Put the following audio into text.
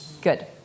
good